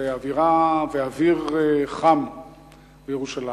ואווירה ואוויר חם בירושלים.